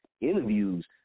interviews